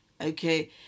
Okay